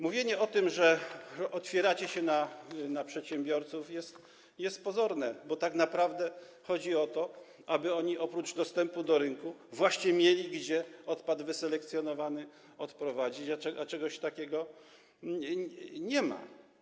Mówienie o tym, że otwieracie się na przedsiębiorców, jest pozorne, bo tak naprawdę chodzi o to, aby oni oprócz dostępu do rynku właśnie mieli gdzie odpad wyselekcjonowany odprowadzić, a czegoś takiego nie ma.